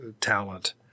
talent